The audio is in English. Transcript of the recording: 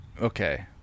okay